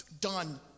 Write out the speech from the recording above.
Done